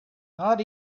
not